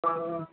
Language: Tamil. ஆ ஆ